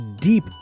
deep